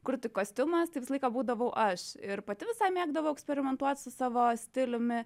kurti kostiumą tai visą laiką būdavau aš ir pati visai mėgdavau eksperimentuot su savo stiliumi